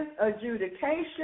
adjudication